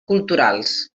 culturals